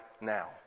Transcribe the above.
now